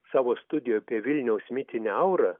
savo studijoj apie vilniaus mitinę aurą